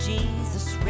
Jesus